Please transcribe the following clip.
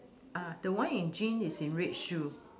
uh the one in jeans is in red shoe